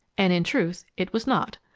and in truth it was not.